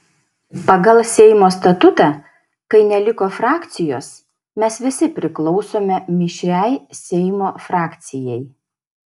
pagal seimo statutą kai neliko frakcijos mes visi priklausome mišriai seimo frakcijai